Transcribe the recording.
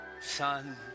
Son